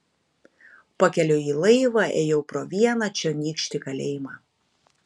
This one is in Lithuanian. pakeliui į laivą ėjau pro vieną čionykštį kalėjimą